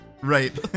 Right